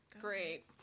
Great